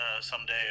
someday